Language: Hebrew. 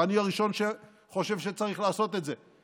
ואני הראשון שחושב שצריך לעשות את זה,